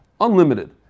unlimited